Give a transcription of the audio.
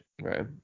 Right